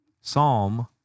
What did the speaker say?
Psalm